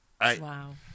Wow